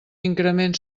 increment